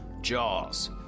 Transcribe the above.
Jaws